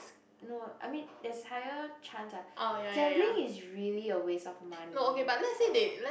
no I mean there's higher chance ah gambling is really a waste of money